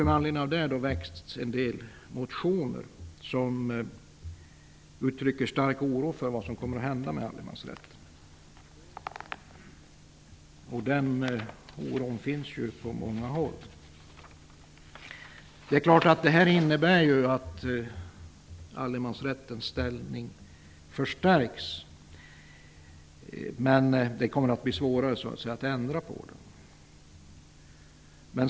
Med anledning av detta har det väckts ett antal motioner som uttrycker stark oro över vad som kommer att hända med allemansrätten. Den oron finns ju på många håll. Allemansrättens ställning förstärks nu, och det kommer att bli svårare att ändra på den.